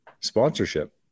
Sponsorship